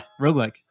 roguelike